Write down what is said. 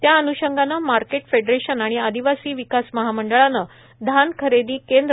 त्या अन्षंगाने market federation आणि आदिवासी विकास महामंडळाने धान खरेदी केंद्रे वाढवावित